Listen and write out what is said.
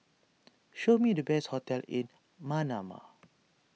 show me the best hotels in Manama